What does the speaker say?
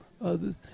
others